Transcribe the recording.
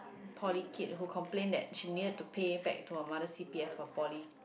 poly kid who complain that she needed to pay back to her mother c_p_f her poly